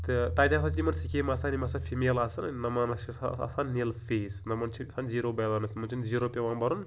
تہٕ تَتہِ ہَسا چھِ یِمَن سِکیٖم آسان یِم ہَسا فِمیل آسیٚن آسان نِل فیٖس نوٚمَن چھِ گژھان زیٖرو بیلَنٕس یِمَن چھُنہٕ زیٖرو پیٚوان بھَرُن